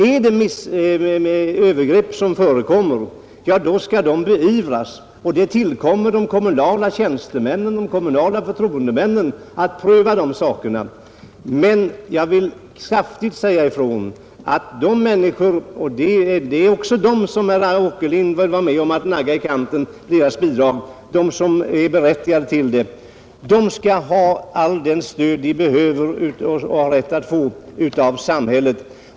Om övertramp förekommer, skall de beivras, och det ankommer på de kommunala tjänstemännen och förtroendemännen att pröva de frågorna. Men jag vill kraftigt säga ifrån att de människor som är berättigade till hjälp — och herr Åkerlind vill nagga också deras bidrag i kanten — skall ha rätt att få allt det stöd de behöver av samhället.